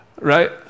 Right